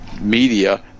media